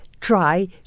try